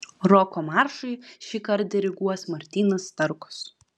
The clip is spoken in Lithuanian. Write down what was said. roko maršui šįkart diriguos martynas starkus